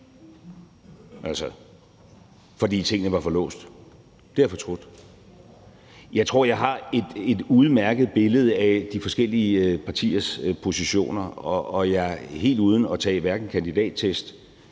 gjort, fordi tingene var for låst. Det har jeg fortrudt. Jeg tror, jeg har et udmærket billede af de forskellige partiers positioner, og at jeg helt uden at tage hverken en kandidattest